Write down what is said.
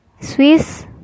swiss